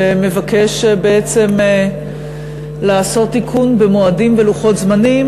שמבקש בעצם לעשות תיקון במועדים ולוחות זמנים,